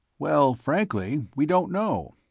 well, frankly, we don't know.